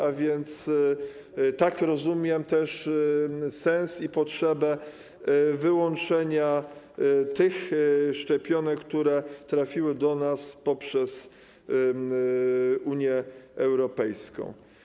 A więc tak rozumiem też sens i potrzebę wyłączenia tych szczepionek, które trafiły do nas poprzez Unię Europejską.